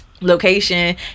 location